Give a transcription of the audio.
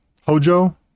hojo